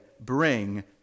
bring